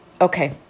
Okay